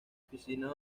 piscinas